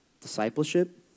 Discipleship